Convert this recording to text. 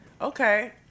okay